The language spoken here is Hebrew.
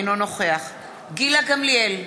אינו נוכח גילה גמליאל,